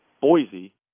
Boise